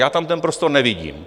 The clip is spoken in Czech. Já tam ten prostor nevidím.